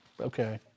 okay